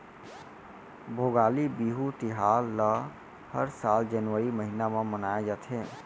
भोगाली बिहू तिहार ल हर साल जनवरी महिना म मनाए जाथे